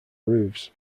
roofs